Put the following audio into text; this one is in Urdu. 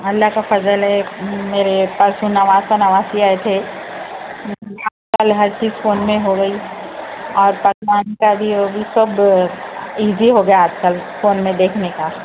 اللہ کا فضل ہے میرے پرسوں نواسہ نواسی آئے تھے آج کل ہر چیز فون میں ہو گئی اور بھی ہوگی سب ایجی ہو گیا آج کل فون میں دیکھنے کا